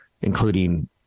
including